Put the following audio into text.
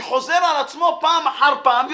שחוזר על עצמו פעם אחר פעם.